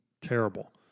terrible